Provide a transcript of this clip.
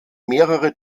mehrere